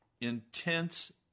intense